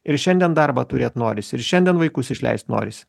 ir šiandien darbą turėt norisi ir šiandien vaikus išleist norisi